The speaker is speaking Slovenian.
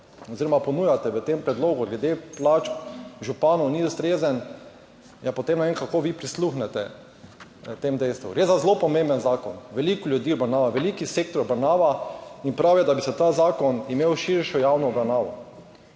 oziroma ponujate v tem predlogu glede plač županov, ni ustrezen, ja potem ne vem, kako vi prisluhnete temu dejstvu. Gre za zelo pomemben zakon, veliko ljudi obravnava, veliki sektor obravnava in prav je, da bi se ta zakon imel širšo javno obravnavo.